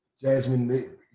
Jasmine